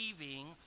leaving